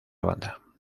banda